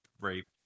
rape